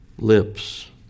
lips